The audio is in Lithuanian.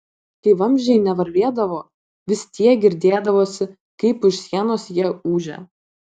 kai vamzdžiai nevarvėdavo vis tiek girdėdavosi kaip už sienos jie ūžia